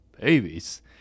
Babies